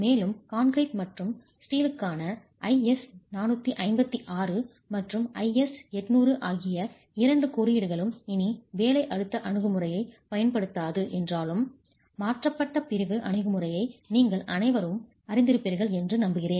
மேலும் கான்கிரீட் மற்றும் ஸ்டீலுக்கான IS 456 மற்றும் IS 800 ஆகிய இரண்டு குறியீடுகளும் இனி வேலை அழுத்த அணுகுமுறையைப் பயன்படுத்தாது என்றாலும் மாற்றப்பட்ட பிரிவு அணுகுமுறையை நீங்கள் அனைவரும் அறிந்திருப்பீர்கள் என்று நம்புகிறேன்